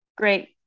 great